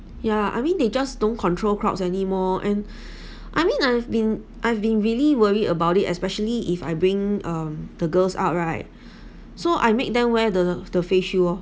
yeah I mean they just don't control crowds anymore and I mean I've been I've been really worry about it especially if I bring um the girls out right so I make them wear the the face shield lor